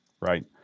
right